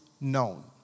known